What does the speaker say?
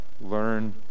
Learn